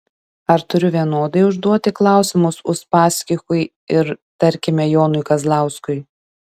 ar turiu vienodai užduoti klausimus uspaskichui ir tarkime jonui kazlauskui